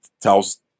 tells